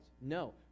No